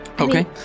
Okay